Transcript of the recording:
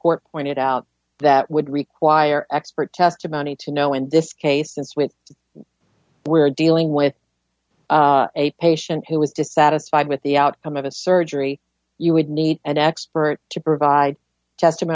court pointed out that would require expert testimony to know in this case since when we're dealing with a patient who was dissatisfied with the outcome of a surgery you would need an expert to provide